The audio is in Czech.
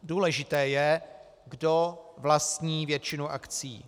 Důležité je, kdo vlastní většinu akcií.